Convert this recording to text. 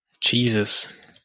Jesus